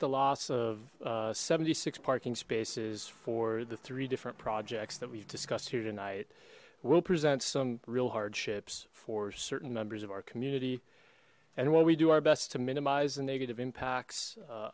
the loss of seventy six parking spaces for the three different projects that we've discussed here tonight it will present some real hardships for certain members of our community and while we do our best to minimize the negative impacts